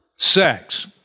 Sex